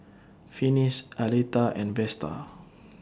Finis Aleta and Vesta